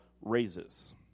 raises